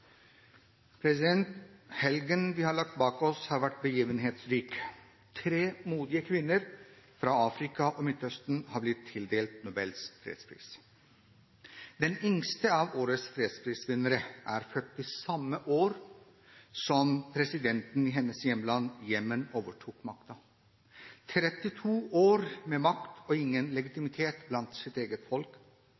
Helgen vi har lagt bak oss, har vært begivenhetsrik. Tre modige kvinner fra Afrika og Midtøsten har blitt tildelt Nobels fredspris. Den yngste av årets fredsprisvinnere er født i samme år som da presidenten i hennes hjemland, Jemen, overtok makten. 32 år med makt og ingen